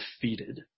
defeated